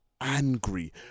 angry